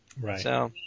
Right